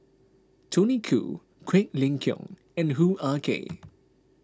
Tony Khoo Quek Ling Kiong and Hoo Ah Kay